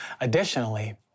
Additionally